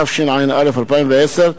התשע"א 2010,